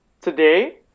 Today